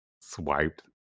swiped